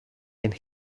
and